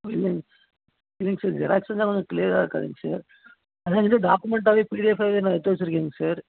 இல்லைங்க இல்லைங்க sir xerox எடுத்தால் கொஞ்சம் க்ளியராக இருக்காதுங்க சார் அதனால இதே டாக்குமெண்ட்டாகவே பிடிஎஃபாகவே நான் எடுத்து வச்சுருக்கேங்க சார்